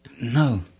No